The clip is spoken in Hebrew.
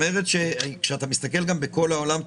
כאשר אתה מסתכל בכל העולם,